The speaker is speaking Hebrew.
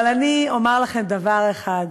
אבל אני אומר לכם דבר אחד: